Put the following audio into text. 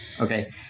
Okay